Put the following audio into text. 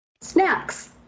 Snacks